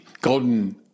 golden